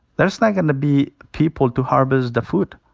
there's not gonna be people to harvest the food.